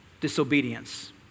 disobedience